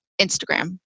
Instagram